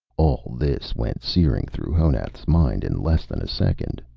all this went searing through honath's mind in less than a second,